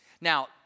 Now